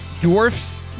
Dwarfs